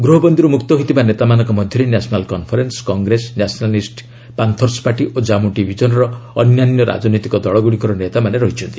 ଗୃହବନ୍ଦୀରୁ ମୁକ୍ତ ହୋଇଥିବା ନେତାମାନଙ୍କ ମଧ୍ୟରେ national conference Congress nationalist panthers party ଓ କମ୍ମୁ ଡିଭିଜନ୍ର ଅନ୍ୟ ରାଜନୈତିକ ଦଳଗୁଡ଼ିକର ନେତାମାନେ ଅଛନ୍ତି